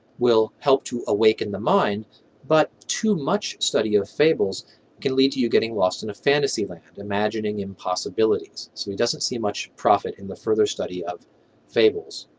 will help to awaken the mind but too much study of fables can lead to you getting lost in a fantasy land, imagining impossibilities. so he doesn't see much profit in the further study of fables.